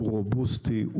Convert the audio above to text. הוא רובוסטי,